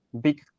big